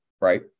right